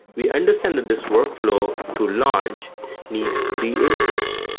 we understand that this workflow to launch needs three inputs,